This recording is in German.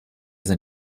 sind